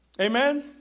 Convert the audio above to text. Amen